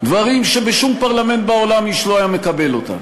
דברים שבשום פרלמנט בעולם איש לא היה מקבל אותם.